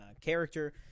character